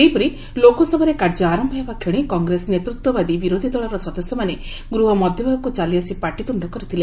ସେହିପରି ଲୋକସଭାରେ କାର୍ଯ୍ୟ ଅରମ୍ଭ ହେବାକ୍ଷଣି କଗେସ ନେତୃତ୍ୱବାଦୀ ବିରୋଧି ଦଳର ସଦସ୍ୟମାନେ ଗୃହ ମଧ୍ୟଭାଗକୁ ଚାଲିଆସି ପାଟିତୁଣ୍ଡ କରିଥିଲେ